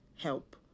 help